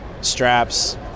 straps